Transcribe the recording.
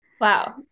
Wow